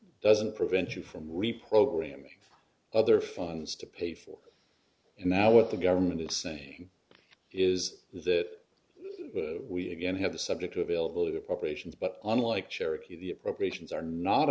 doesn't prevent you from reprogramming other funds to pay for him now what the government is saying is that we again have the subject to availability appropriations but unlike charity the appropriations are not